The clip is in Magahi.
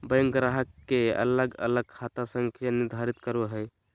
बैंक ग्राहक के अलग अलग खाता संख्या निर्धारित करो हइ